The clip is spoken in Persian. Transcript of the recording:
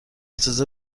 اجازه